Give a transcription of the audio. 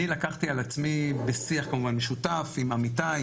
אני לקחתי על עצמי בשיח כמובן משותף עם עמיתיי,